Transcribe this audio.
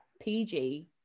PG